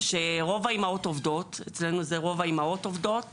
שרוב האימהות עובדות, אצלנו זה רוב האימהות עובדות